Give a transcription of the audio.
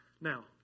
now